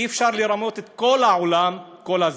אי-אפשר לרמות את כל העולם כל הזמן.